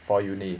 for uni